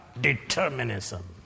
determinism